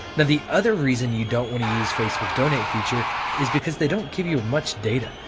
the the other reason you don't want to use facebook donate feature is because they don't give you much data.